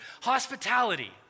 Hospitality